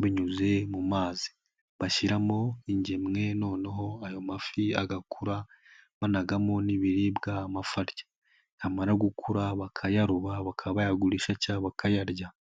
banyuze mu mazi, bashyiramo ingemwe noneho ayo mafi agakura banagamo n'ibiribwa amafi arya, yamara gukura bakayaroba bakaba bayagurisha cyangwa bakayarya.